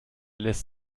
lässt